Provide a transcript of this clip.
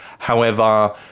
however,